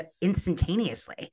instantaneously